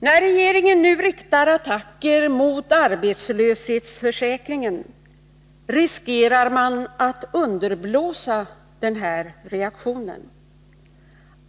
När regeringen nu riktar attacker mot arbetslöshetsförsäkringen riskerar man att underblåsa denna reaktion.